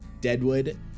Deadwood